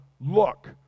Look